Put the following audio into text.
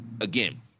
again